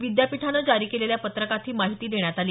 विद्यापीठानं जारी केलेल्या पत्रकात ही माहिती देण्यात आली